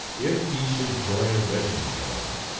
if he should join a regiment, however,